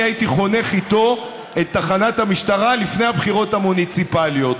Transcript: אני הייתי חונך איתו את תחנת המשטרה לפני הבחירות המוניציפליות.